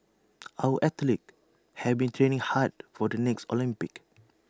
our athletes have been training hard for the next Olympics